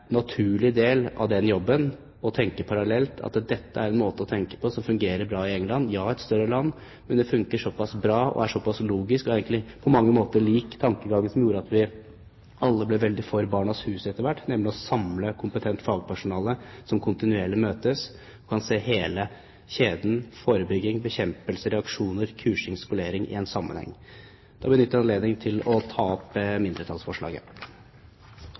naturlig del av den jobben å tenke parallelt at dette er en måte som fungerer bra i England – ja, et større land, men det fungerer såpass bra, er såpass logisk, og det er på mange måter samme tankegang som gjorde at vi alle etter hvert ble veldig for Barnas Hus, nemlig ved å samle kompetent fagpersonell som møtes kontinuerlig, og som kan se hele kjeden, forebygging, bekjempelse, reaksjoner, kursing, skolering i en sammenheng. Jeg benytter anledningen til å ta opp mindretallsforslaget.